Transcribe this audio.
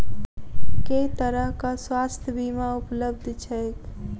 केँ तरहक स्वास्थ्य बीमा उपलब्ध छैक?